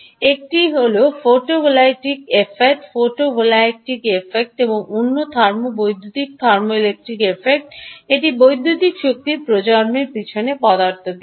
একটি হল photovoltaic effect এবং অন্যটি থার্মো বৈদ্যুতিক থার্মোইলেকট্রিক এফেক্ট এটি বৈদ্যুতিক শক্তির প্রজন্মের পেছনের পদার্থবিজ্ঞান